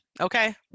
Okay